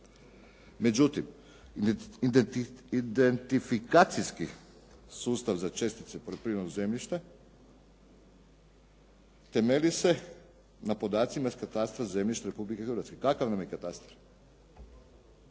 Međutim, identifikacijski sustav za čestice poljoprivrednog zemljišta temelji se na podacima iz katastra zemljišta Republike Hrvatske. Kakav nam je katastar?